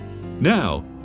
Now